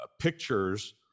pictures